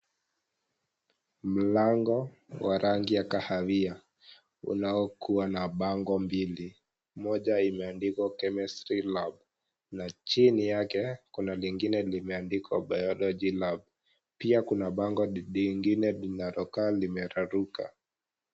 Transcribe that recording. Mlango wa rangi ya kahawia, unaokuwa na bango mbili. Moja imeandikwa, chemistry lab na chini yake, kuna lingine limeandikwa biology lab . Pia, kuna bango lingine linalokaa limeraruka.